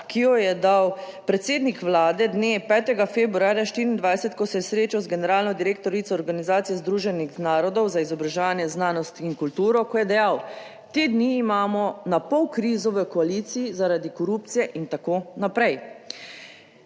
ki jo je dal predsednik Vlade dne 5. februarja 2024, ko se je srečal z generalno direktorico Organizacije Združenih narodov za izobraževanje, znanost in kulturo, ko je dejal, "te dni imamo na pol krizo v koaliciji zaradi korupcije in tako naprej".